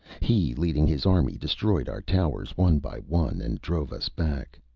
he, leading his army, destroyed our towers one by one, and drove us back.